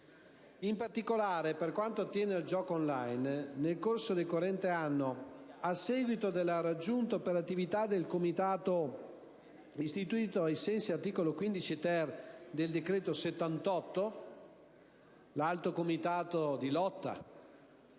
In particolare, per quanto attiene al gioco *on line*, nel corso del corrente anno, a seguito della raggiunta operatività del comitato istituito ai sensi dell'articolo 15-*ter* del decreto legge 1° luglio